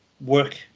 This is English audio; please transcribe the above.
work